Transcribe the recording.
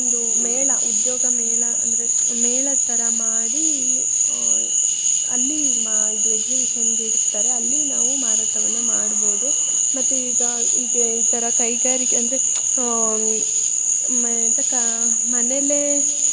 ಒಂದು ಮೇಳ ಉದ್ಯೋಗ ಮೇಳ ಅಂದರೆ ಮೇಳದ ಥರ ಮಾಡಿ ಅಲ್ಲಿ ಮಾ ಇದು ಎಕ್ಸಿಬಿಶನ್ಗೆ ಇಡ್ತಾರೆ ಅಲ್ಲಿ ನಾವು ಮಾರಾಟವನ್ನ ಮಾಡ್ಬೋದು ಮತ್ತು ಈಗ ಹೀಗೆ ಈ ಥರ ಕೈಗಾರಿಕೆ ಅಂದರೆ ಮೆ ಎಂಥ ಕಾ ಮನೆಲೇ